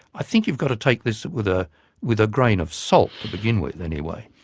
i think you've got to take this with ah with a grain of salt to begin with, anyway.